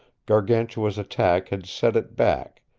gargantua's attack had set it back,